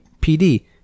PD